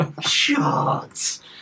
Shots